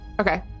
Okay